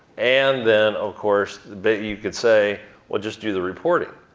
and then of course but you could say well just do the reporting.